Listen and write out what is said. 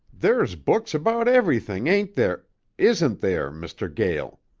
there's books about everything, ain't there isn't there mr. gael?